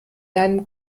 deinem